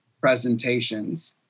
presentations